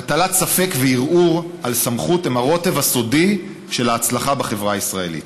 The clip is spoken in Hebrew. הטלת ספק וערעור על סמכות הם הרוטב הסודי של ההצלחה בחברה הישראלית.